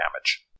damage